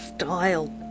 style